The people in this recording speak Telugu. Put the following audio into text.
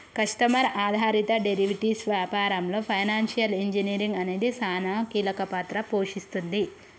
కస్టమర్ ఆధారిత డెరివేటివ్స్ వ్యాపారంలో ఫైనాన్షియల్ ఇంజనీరింగ్ అనేది సానా కీలక పాత్ర పోషిస్తుంది